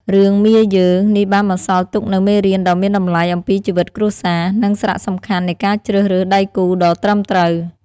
រឿង មាយើង នេះបានបន្សល់ទុកនូវមេរៀនដ៏មានតម្លៃអំពីជីវិតគ្រួសារ និងសារៈសំខាន់នៃការជ្រើសរើសដៃគូដ៏ត្រឹមត្រូវ។